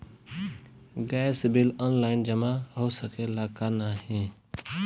Gas bill online जमा हो सकेला का नाहीं?